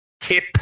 tip